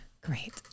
Great